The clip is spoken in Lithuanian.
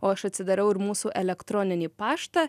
o aš atsidariau ir mūsų elektroninį paštą